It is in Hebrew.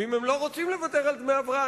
ואם הם לא רוצים לוותר על דמי הבראה,